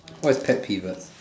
what is pet pivot